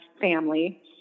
family